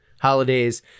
holidays